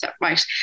right